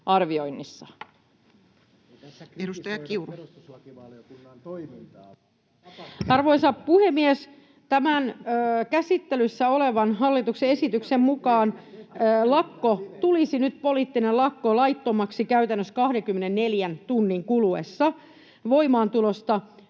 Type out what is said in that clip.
Arvoisa puhemies! Tämän käsittelyssä olevan hallituksen esityksen mukaan poliittinen lakko tulisi nyt laittomaksi käytännössä 24 tunnin kuluessa voimaantulosta.